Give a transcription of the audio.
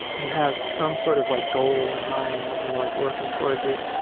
you have some sort of like goal in mind and you're like working towards it.